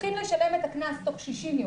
צריך לשלם את הקנס תוך 60 ימים.